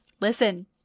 listen